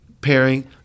pairing